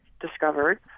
discovered